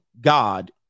God